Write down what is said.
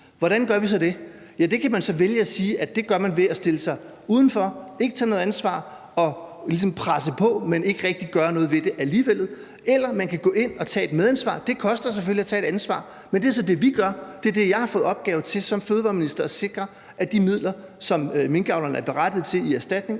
Hvordan gør vi så det? Man kan vælge at sige, at det gør man ved at stille sig udenfor, ikke tage noget ansvar og ligesom presse på, men ikke rigtig gøre noget ved det alligevel. Eller man kan gå ind og tage et medansvar. Det koster selvfølgelig at tage et ansvar, men det er så det, vi gør. Det er det, jeg har fået til opgave som fødevareminister: at sikre, at minkavlerne får de midler, som de er berettiget til i erstatning,